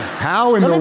how in the world?